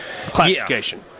classification